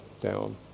down